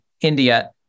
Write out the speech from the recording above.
India